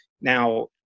Now –